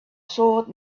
sword